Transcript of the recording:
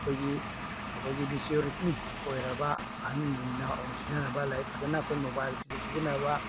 ꯑꯩꯈꯣꯏꯒꯤ ꯑꯩꯈꯣꯏꯒꯤ ꯃꯦꯆꯤꯌꯣꯔꯤꯇꯤ ꯑꯣꯏꯔꯕ ꯑꯍꯟꯁꯤꯡꯅ ꯑꯣꯏꯅ ꯁꯤꯖꯤꯟꯅꯕ ꯂꯥꯏꯔꯤꯛ ꯐꯖꯅ ꯑꯩꯈꯣꯏ ꯃꯣꯕꯥꯏꯜꯁꯤꯡꯁꯦ ꯁꯤꯖꯤꯟꯅꯔꯕ